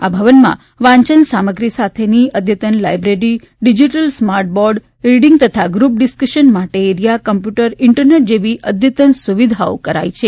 આ ભવનમાં વાંચન સામગ્રી સાથેની અદ્યતન library digital smart board reading તથા ગ્રૂપ ડીસ્ટ્રક્શન માટેના એરિયા કોમ્પ્યુટર ઇન્ટરનેટ જેવી અદ્યતન સુવિધા કરાઈ છે